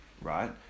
right